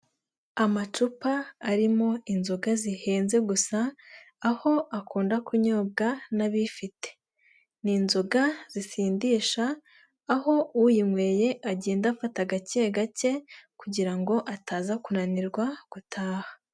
Amacupa arimo inzoga zihenze gusa, aho akunda kunyobwa n'abifite, n'inzoga zisindisha aho uyinyweye agenda afata gake gake kugira ngo ataza kunanirwa gutaha.